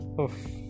oof